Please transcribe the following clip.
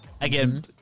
Again